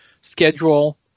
schedule